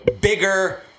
bigger